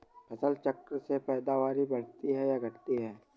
फसल चक्र से पैदावारी बढ़ती है या घटती है?